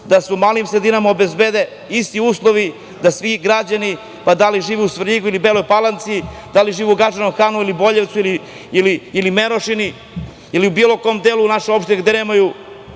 da se u malim sredinama obezbede isti uslovi da svi građani, bilo da žive u Svrljigu ili Beloj Palanci, da li žive u Gadžinom Hanu ili Boljevcu ili Merošini ili u bilo kom delu naše opštine gde nemaju